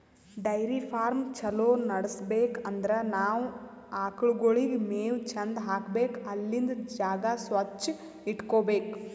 dairy farm ಛಲೋ ನಡ್ಸ್ಬೇಕ್ ಅಂದ್ರ ನಾವ್ ಆಕಳ್ಗೋಳಿಗ್ ಮೇವ್ ಚಂದ್ ಹಾಕ್ಬೇಕ್ ಅಲ್ಲಿಂದ್ ಜಾಗ ಸ್ವಚ್ಚ್ ಇಟಗೋಬೇಕ್